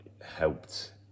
helped